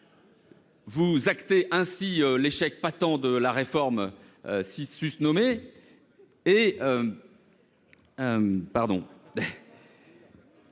Vous actez ainsi l'échec patent de la réforme susnommée et cela nous